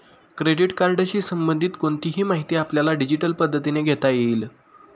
credit कार्डशी संबंधित कोणतीही माहिती आपल्याला डिजिटल पद्धतीने घेता येईल